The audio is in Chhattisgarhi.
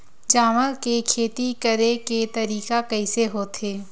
चावल के खेती करेके तरीका कइसे होथे?